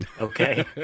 okay